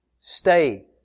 stay